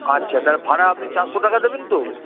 আচ্ছা তাহলে ভাড়া আপনি চারশো টাকা দেবেন তো